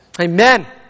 Amen